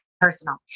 personal